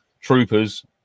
troopers